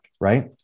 Right